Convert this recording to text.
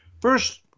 first